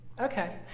Okay